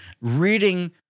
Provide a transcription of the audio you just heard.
reading